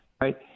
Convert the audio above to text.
right